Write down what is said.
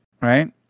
right